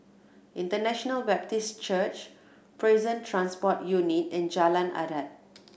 International Baptist Church Prison Transport Unit and Jalan Adat